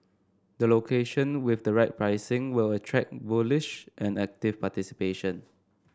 the location with the right pricing will attract bullish and active participation